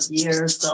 years